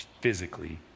physically